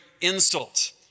insult